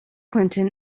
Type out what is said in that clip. clinton